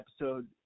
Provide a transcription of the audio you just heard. episode